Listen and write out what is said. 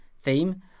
theme